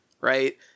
right